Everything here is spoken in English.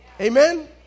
Amen